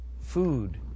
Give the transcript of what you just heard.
food